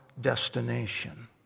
destination